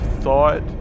thought